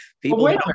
people